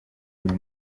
buri